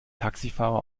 taxifahrer